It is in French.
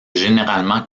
généralement